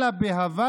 לבוא